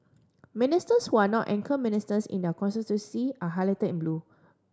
ministers who are not anchor ministers in their constituency are highlighted in blue